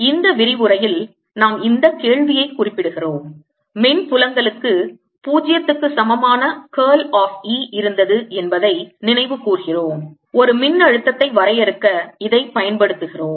இந்த விரிவுரையில் நாம் இந்தக் கேள்வியைக் குறிப்பிடுகிறோம் மின் புலங்களுக்கு 0 க்கு சமமான curl of E இருந்தது என்பதை நினைவுகூர்கிறோம் ஒரு மின்னழுத்தத்தை வரையறுக்க இதைப் பயன்படுத்துகிறோம்